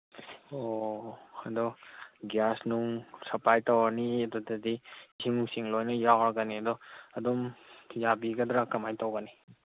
ꯑꯣ ꯑꯗꯣ ꯒ꯭ꯌꯥꯁ ꯅꯨꯡ ꯁꯄ꯭ꯂꯥꯏ ꯇꯧꯔꯅꯤ ꯑꯗꯨꯗꯗꯤ ꯏꯁꯤꯡ ꯅꯨꯡꯁꯤꯡ ꯂꯣꯏꯅ ꯌꯥꯎꯔꯒꯅꯤ ꯑꯗꯣ ꯑꯗꯨꯝ ꯌꯥꯕꯤꯒꯗ꯭ꯔꯥ ꯀꯃꯥꯏꯅ ꯇꯧꯒꯅꯤ